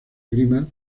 esgrima